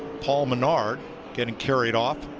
paul menard getting carried off.